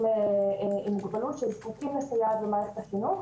עם מוגבלות שזקוקים לסייעת במערכת החינוך,